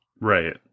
right